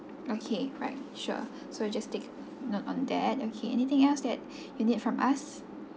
okay right sure so i'll just take note on that okay anything else that you need from us